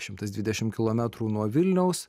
šimtas dvidešimt kilometrų nuo vilniaus